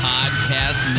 Podcast